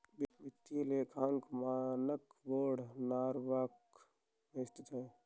वित्तीय लेखांकन मानक बोर्ड नॉरवॉक में स्थित है